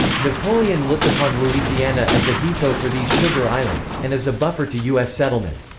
napoleon looked upon louisiana as a depot for these sugar islands, and as a buffer to u s. settlement.